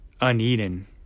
uneaten